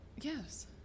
Yes